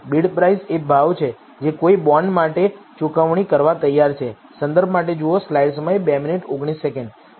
bid price એ ભાવ છે કે કોઈ બોન્ડ માટે ચૂકવણી કરવા તૈયાર છે